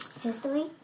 History